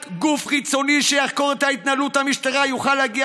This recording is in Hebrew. רק גוף חיצוני שיחקור את התנהלות המשטרה יוכל להגיע